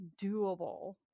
doable